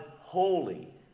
holy